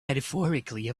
metaphorically